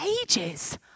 ages